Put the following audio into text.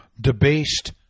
debased